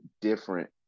different